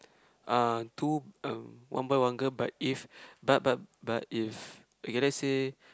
uh two um one boy one girl but if but but but if okay let's say